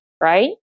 Right